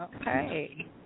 Okay